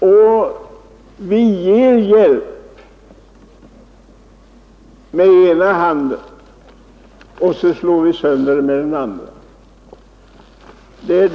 Och vi ger hjälp med den ena handen och slår sönder med den andra.